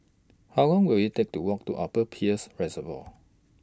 How Long Will IT Take to Walk to Upper Peirce Reservoir